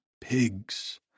pigs